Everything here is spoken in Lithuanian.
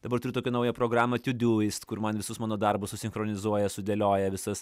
dabar turiu tokią naują programą todoist kur man visus mano darbus susichronizuoja sudėlioja į visas